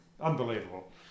unbelievable